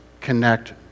connect